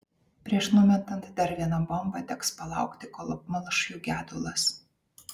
prieš numetant dar vieną bombą teks palaukti kol apmalš jų gedulas